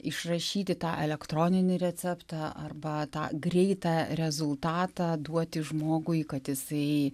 išrašyti tą elektroninį receptą arba tą greitą rezultatą duoti žmogui kad jisai